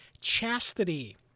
chastity